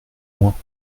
moins